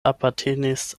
apartenis